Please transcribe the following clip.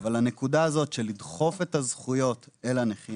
אבל הנקודה הזאת של לדחוף את הזכויות אל הנכים